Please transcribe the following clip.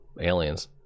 aliens